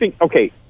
Okay